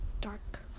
Dark